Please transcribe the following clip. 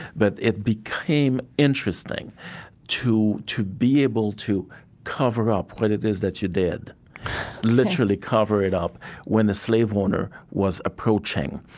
but it became interesting to to be able to cover up what it is that you did literally cover it up when a slave owner was approaching.